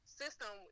system